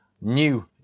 new